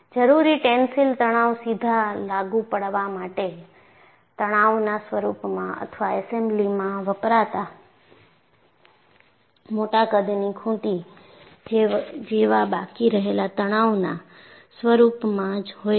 જરૂરી ટેન્સીલ તણાવ સીધા લાગુ પાડવા માટે તણાવના સ્વરૂપમાં અથવા એસેમ્બલીમાં વપરાતા મોટા કદની ખુંટી જેવા બાકી રહેલા તણાવના સ્વરૂપમાં હોઈ શકે છે